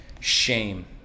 Shame